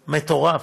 מטורף.